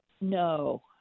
No